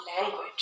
language